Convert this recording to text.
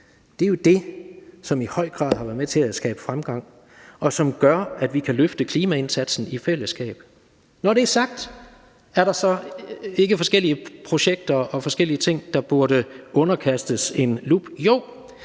er jo det, som i høj grad har været med til at skabe fremgang, og som gør, at vi kan løfte klimaindsatsen i fællesskab. Når det er sagt, er der så ikke forskellige projekter og forskellige ting, der burde underkastes en lup? Jo.